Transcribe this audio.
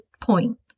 point